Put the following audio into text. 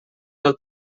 del